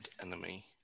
Enemy